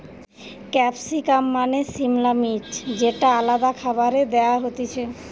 capsicum মানে সিমলা মির্চ যেটা আলাদা খাবারে দেয়া হতিছে